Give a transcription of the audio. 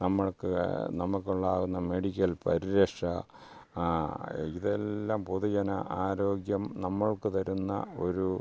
നമ്മൾക്ക് നമുക്കുണ്ടാകുന്ന മെഡിക്കൽ പരിരക്ഷ ഇതെല്ലാം പൊതുജന ആരോഗ്യം നമ്മൾക്ക് തരുന്ന ഒരു